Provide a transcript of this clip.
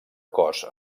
cos